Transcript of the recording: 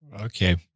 Okay